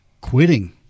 quitting